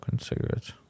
cigarettes